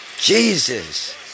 Jesus